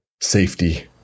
safety